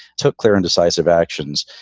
took clear and decisive actions.